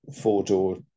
four-door